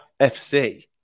FC